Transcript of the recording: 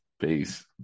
peace